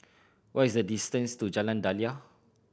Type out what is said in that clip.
what is the distance to Jalan Daliah